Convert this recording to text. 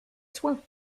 soins